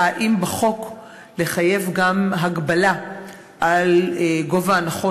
אם לחייב בחוק גם הגבלה על גובה ההנחות